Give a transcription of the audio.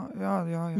jo jo jo